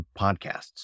podcasts